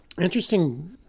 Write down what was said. Interesting